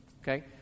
Okay